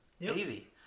easy